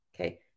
Okay